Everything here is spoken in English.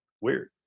weird